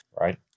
Right